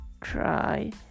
try